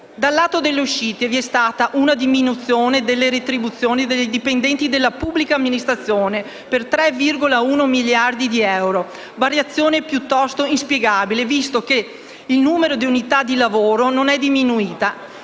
Dal lato delle uscite vi è stata una diminuzione delle retribuzioni dei dipendenti della pubblica amministrazione per 3,1 miliardi di euro, variazione piuttosto inspiegabile visto che il numero di unità di lavoro non è diminuito.